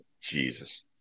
Jesus